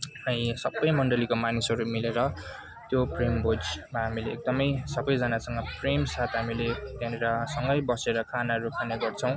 अनि सबै मन्डलीको मानिसहरू मिलेर त्यो प्रेमभोजमा हामीले एकदमै सबैजनासँग प्रेमसाथ हामीले त्यहाँनिर सँगै बसेर खानाहरू खाने गर्छौँ